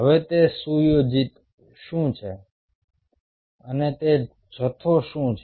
હવે તે સુયોજિત શું છે અને તે જથ્થો શું છે